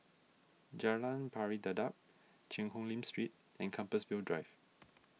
Jalan Pari Dedap Cheang Hong Lim Street and Compassvale Drive